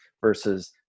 versus